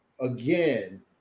again